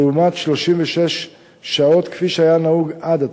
לעומת 36 שעות כפי שהיה נהוג עד עתה.